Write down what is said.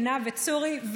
עינב וצורי.